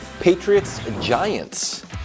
Patriots-Giants